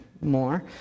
more